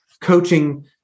coaching